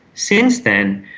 since then,